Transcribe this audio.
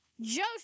Joseph